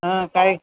हा काय